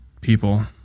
people